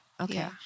Okay